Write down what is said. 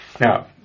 Now